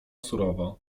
surowo